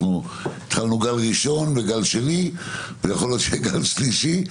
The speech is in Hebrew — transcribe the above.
התחלנו גל ראשון וגל שני ויכול להיות שיהיה גל שלישי,